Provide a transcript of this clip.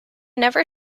never